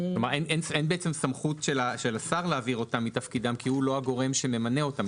אין סמכות של השר להעביר אותם מתפקידם כי הוא לא הגורם שממנה אותם,